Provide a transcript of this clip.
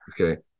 Okay